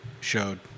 showed